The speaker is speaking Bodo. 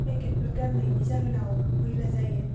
पेकेटफोर गारनायनि जाहोनाव मैला जायो